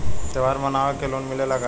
त्योहार मनावे के लोन मिलेला का?